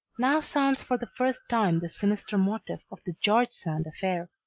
now sounds for the first time the sinister motif of the george sand affair.